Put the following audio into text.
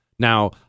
Now